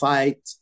Fight